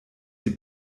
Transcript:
die